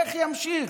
איך ימשיך?